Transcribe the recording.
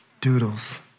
doodles